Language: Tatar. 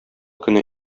көне